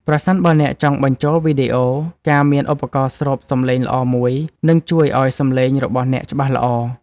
ប្រសិនបើអ្នកចង់បញ្ចូលវីដេអូ ការមានឧបករណ៍ស្រូបសម្លេងល្អមួយ នឹងជួយឱ្យសម្លេងរបស់អ្នកច្បាស់ល្អ។